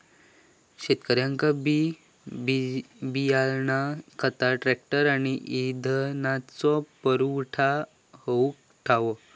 शेतकऱ्यांका बी बियाणा खता ट्रॅक्टर आणि इंधनाचो पुरवठा होऊक हवो